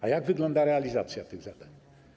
A jak wygląda realizacja tych zadań?